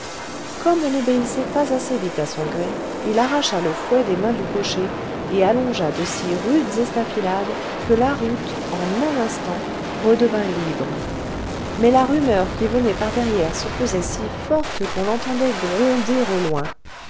comme on n'obéissait pas assez vite à son gré il arracha le fouet des mains du cocher et allongea de si rudes estafilades que la route en un instant redevint libre mais la rumeur qui venait par derrière se faisait si forte qu'on l'entendait gronder au loin